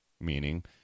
meaning